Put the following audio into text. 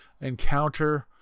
encounter